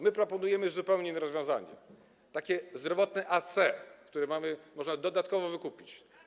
My proponujemy zupełnie inne rozwiązanie: takie zdrowotne AC, które można dodatkowo wykupić.